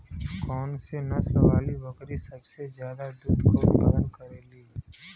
कौन से नसल वाली बकरी सबसे ज्यादा दूध क उतपादन करेली?